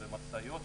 במשאיות,